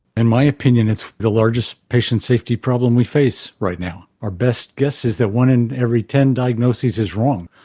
in my opinion it's the largest patient safety problem we face right now. our best guess is that one in every ten diagnoses is wrong.